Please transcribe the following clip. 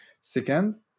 Second